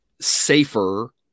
safer